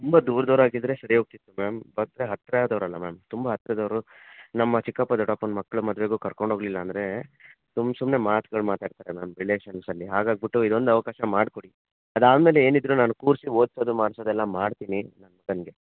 ತುಂಬ ದೂರ್ದವರು ಆಗಿದ್ದರೆ ಸರಿ ಹೋಗ್ತಿತ್ತು ಮ್ಯಾಮ್ ಬಟ್ ಹತ್ರದವ್ರು ಅಲ್ಲ ಮ್ಯಾಮ್ ತುಂಬ ಹತ್ರದವ್ರು ನಮ್ಮ ಚಿಕ್ಕಪ್ಪ ದೊಡ್ಡಪ್ಪನ ಮಕ್ಕಳು ಮದುವೆಗೂ ಕರ್ಕೊಂಡು ಹೋಗ್ಲಿಲ್ಲ ಅಂದರೆ ಸುಮ್ ಸುಮ್ಮನೆ ಮಾತ್ಗಳು ಮಾತಾಡ್ತಾರೆ ಮ್ಯಾಮ್ ರಿಲೇಷನ್ಸ್ ಅಲ್ಲಿ ಹಾಗಾಗ್ಬಿಟ್ಟು ಇದೊಂದು ಅವಕಾಶ ಮಾಡ್ಕೊಡಿ ಅದಾದ ಮೇಲೆ ಏನಿದ್ದರೂ ನಾನು ಕೂರಿಸಿ ಓದ್ಸೋದು ಮಾಡ್ಸೋದೆಲ್ಲ ಮಾಡ್ತೀನಿ ನನ್ನ ಮಗನಿಗೆ